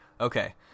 Okay